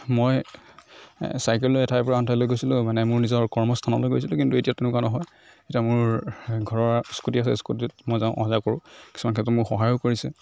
মই চাইকেল লৈ এঠাইৰ পৰা আন ঠাইলৈ গৈছিলোঁ মানে মোৰ নিজৰ কৰ্মস্থানলৈ গৈছিলোঁ কিন্তু এতিয়া তেনেকুৱা নহয় এতিয়া মোৰ ঘৰৰ স্কুটি আছে স্কুটিত মই যাওঁ অহা যোৱা কৰোঁ কিছুমান ক্ষেত্ৰত মোক সহায়ো কৰিছে